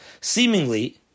Seemingly